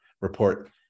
report